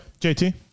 JT